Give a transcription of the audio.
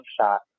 shot